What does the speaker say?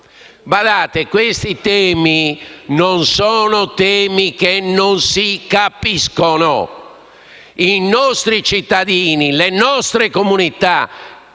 Badate, questi non sono temi che non si capiscono. I nostri cittadini e le nostre comunità